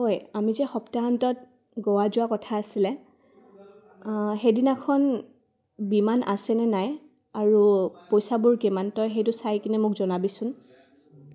ঐ আমি যে সপ্তাহান্তত গোৱা যোৱা কথা আছিলে সেইদিনাখন বিমান আছে নে নাই আৰু পইচাবোৰ কিমান তই সেইটো চাই কিনে মোক জনাবিচোন